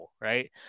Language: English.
right